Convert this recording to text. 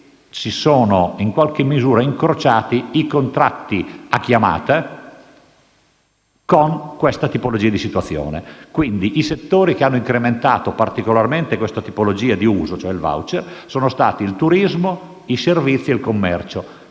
che si sono in qualche misura incrociati i contratti a chiamata con questa tipologia di situazione. Quindi i settori che hanno incrementato particolarmente questa tipologia di uso (cioè il *voucher*) sono stati il turismo, i servizi e il commercio,